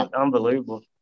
Unbelievable